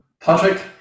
Patrick